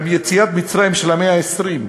גם יציאת מצרים של המאה ה-20,